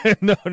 no